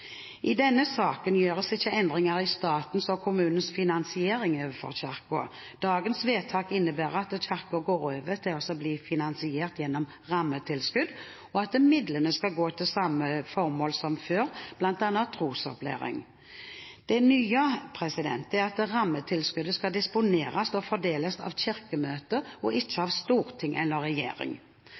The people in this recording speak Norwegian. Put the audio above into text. I denne saken gjøres det ikke endringer i statens og kommunenes finansiering overfor Kirken. Dagens vedtak innebærer at Kirken går over til å bli finansiert gjennom rammetilskudd, og at midlene skal gå til samme formål som før, bl.a. trosopplæring. Det nye er at rammetilskuddet skal disponeres og fordeles av Kirkemøtet og ikke av storting eller regjering. Fremskrittspartiet er for en